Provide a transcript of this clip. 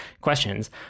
Questions